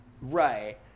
Right